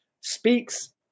speaks